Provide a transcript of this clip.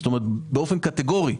באופן קטגורי.